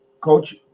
coach